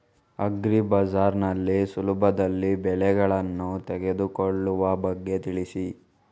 agri bazaar ನಲ್ಲಿ ಸುಲಭದಲ್ಲಿ ಬೆಳೆಗಳನ್ನು ತೆಗೆದುಕೊಳ್ಳುವ ಬಗ್ಗೆ ತಿಳಿಸಿ